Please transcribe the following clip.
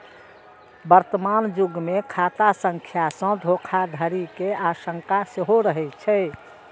वर्तमान युग मे खाता संख्या सं धोखाधड़ी के आशंका सेहो रहै छै